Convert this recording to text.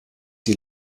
die